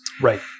Right